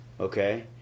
okay